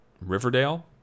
Riverdale